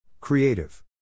Creative